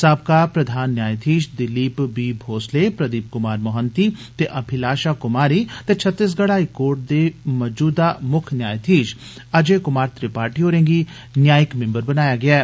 साबका प्रधान न्यायधीश दिलीप बी भोसले प्रदीप कुमार मोहंती ते अभिलाषा क्मारी ते छतीसगढ़ हाई कोर्ट दे मजूदा म्क्ख न्यायधीश अजय क्मार त्रिपाठी होरें गी न्यायिक मिम्बर बनाया गेया ऐ